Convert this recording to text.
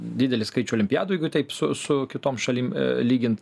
didelį skaičių olimpiadų jeigu taip su su kitom šalim lygint